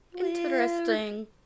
interesting